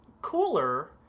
Cooler